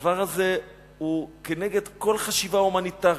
הדבר הזה הוא כנגד כל חשיבה הומניטרית.